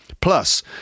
Plus